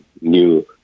new